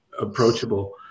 approachable